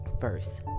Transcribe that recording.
First